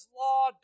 law